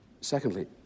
Secondly